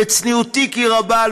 בצניעותי כי רבה,